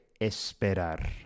esperar